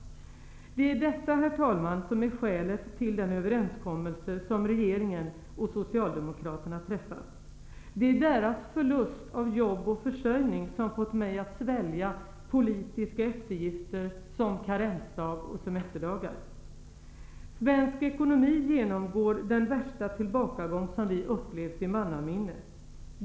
Det är detta, herr talman, som är skälet till den överenskommelse som regeringen och Socialdemokraterna har träffat. Det är dessa människors förlust av jobb och försörjning som har fått mig att svälja politiska eftergifter som karensdagar och semesterdagar. Svensk ekonomi genomgår den värsta tillbakagång som vi upplevt i mannaminne.